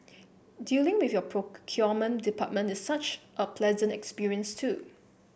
dealing with your procurement department is such a pleasant experience too